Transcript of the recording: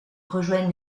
rejoint